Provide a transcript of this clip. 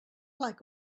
like